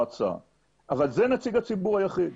אבל זה נציג הציבור היחיד,